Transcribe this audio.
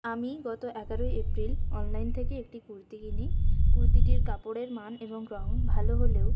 আমি গত এগারই এপ্রিল অনলাইন থেকে একটি কুর্তি কিনি কুর্তিটির কাপড়ের মান এবং রং ভালো হলেও